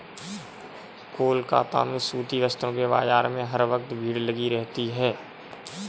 कोलकाता में सूती वस्त्रों के बाजार में हर वक्त भीड़ लगी रहती है